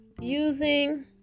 using